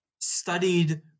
studied